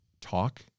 talk